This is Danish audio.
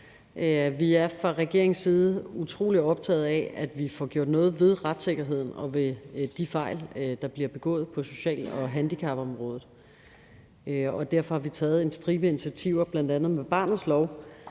Vi er fra regeringens side utrolig optagede af, at vi får gjort noget ved retssikkerheden og de fejl, der bliver begået på social- og handicapområdet. Derfor har vi taget en stribe initiativer bl.a. med barnets lov,